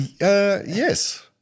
yes